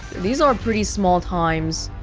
these are pretty small times